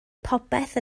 popeth